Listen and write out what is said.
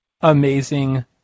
amazing